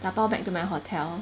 打包 back to my hotel